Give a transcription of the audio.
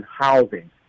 housing